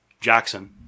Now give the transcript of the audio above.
Jackson